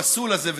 הפסול הזה,